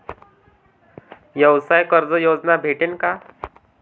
व्यवसाय कर्ज योजना भेटेन का?